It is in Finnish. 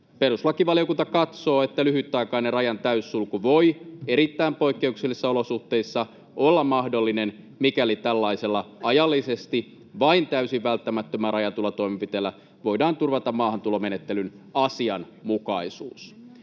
Perustuslakivaliokunta katsoo, että lyhytaikainen rajan täyssulku voi erittäin poikkeuksellisissa olosuhteissa olla mahdollinen, mikäli tällaisella ajallisesti vain täysin välttämättömään rajatulla toimenpiteellä voidaan turvata maahantulomenettelyn asianmukaisuus.